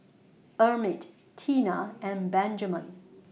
Emit Tina and Benjaman